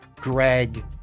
Greg